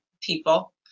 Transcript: people